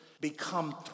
become